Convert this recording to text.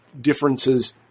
differences